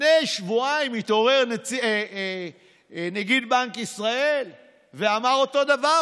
לפני שבועיים התעורר נגיד בנק ישראל ואמר אותו דבר,